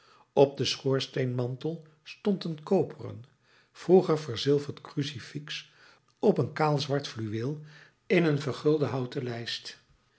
op den schoorsteenmantel stond een koperen vroeger verzilverd crucifix op kaal zwart fluweel in een vergulde houten lijst